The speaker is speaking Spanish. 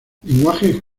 lenguajes